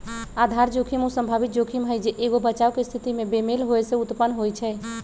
आधार जोखिम उ संभावित जोखिम हइ जे एगो बचाव के स्थिति में बेमेल होय से उत्पन्न होइ छइ